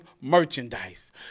merchandise